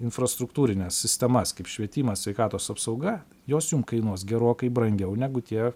infrastruktūrines sistemas kaip švietimas sveikatos apsauga jos jum kainuos gerokai brangiau negu tie